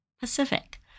Pacific